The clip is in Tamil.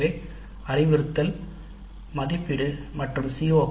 எனவே அறிவுறுத்தல் மதிப்பீடு மற்றும் சி